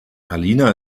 alina